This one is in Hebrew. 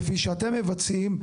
כפי שאתם מבצעים,